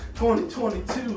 2022